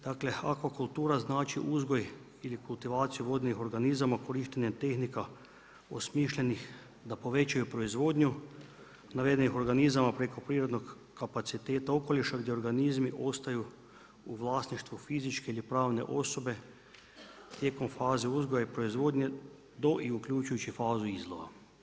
Dakle, akvakultura znači uzgoj ili kultivaciju vodnih organizama korištenjem tehnika osmišljenih da povećaju proizvodnju navedenih organizama, preko prirodnih kapaciteta okoliša, gdje organizmi ostaju u vlasništvu fizičke ili pravne osobe tijekom faze uzgoja i proizvodnje do i uključujući fazu izlova.